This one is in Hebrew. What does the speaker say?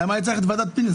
למה אני צריך את ועדת פינס?